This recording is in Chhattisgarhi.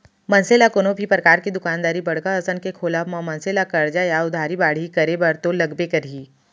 मनसे ल कोनो भी परकार के दुकानदारी बड़का असन के खोलब म मनसे ला करजा या उधारी बाड़ही करे बर तो लगबे करही